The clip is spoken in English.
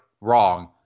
wrong